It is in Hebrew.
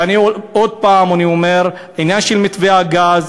ואני עוד פעם אומר, עניין מתווה הגז,